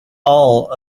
all